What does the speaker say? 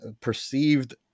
perceived